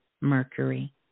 Mercury